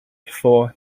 for